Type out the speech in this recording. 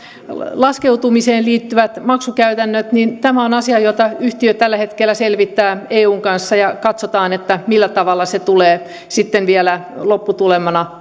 laskeutumiseen liittyvät maksukäytännöt on asia jota yhtiö tällä hetkellä selvittää eun kanssa ja katsotaan millä tavalla se tulee sitten vielä lopputulemana